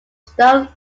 stone